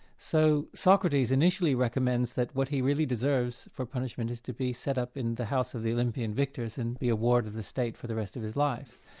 so socrates and recommends that what he really deserves for punishment is to be set up in the house of the olympian victors and be a ward of the state for the rest of his life.